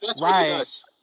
Right